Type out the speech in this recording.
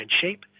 shape